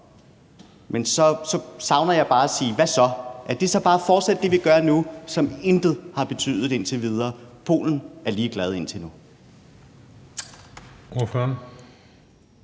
men så savner jeg bare, at man siger: Men hvad så? Er det så bare at fortsætte det, vi gør nu, som intet har betydet indtil videre? Polen er ligeglad indtil nu.